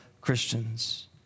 Christians